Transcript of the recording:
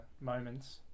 moments